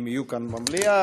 אם יהיו כאן במליאה,